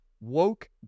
woke